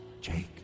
Jake